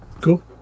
Cool